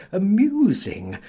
amusing,